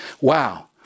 Wow